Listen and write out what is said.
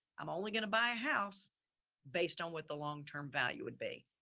i'm only gonna buy a house based on what the longterm value would be.